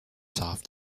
soft